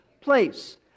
place